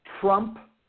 Trump